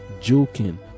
joking